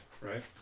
right